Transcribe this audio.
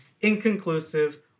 inconclusive